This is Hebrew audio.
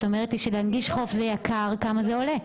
את אומרת לי שלהנגיש חוף זה יקר כמה זה עולה?